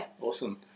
Awesome